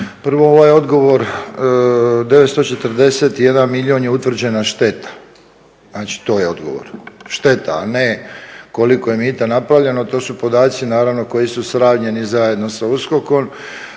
Prvo, ovaj odgovor 941 milijun je utvrđena šteta, šteta a ne koliko je mita napravljeno to su podaci koji su sravnjeni zajedno sa USKOK-om.